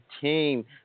team